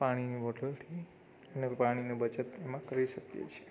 પાણીની બોટલથી ને પાણીની બચત એમાં કરી શકીએ છીએ